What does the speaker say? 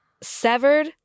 severed